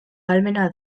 ahalmena